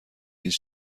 هیچ